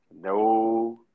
no